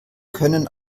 können